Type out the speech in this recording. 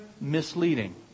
misleading